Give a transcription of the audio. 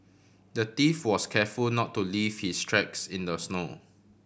the thief was careful not to leave his tracks in the snow